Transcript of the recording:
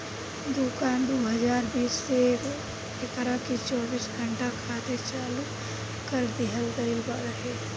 दुकान दू हज़ार बीस से एकरा के चौबीस घंटा खातिर चालू कर दीहल गईल रहे